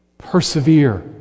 persevere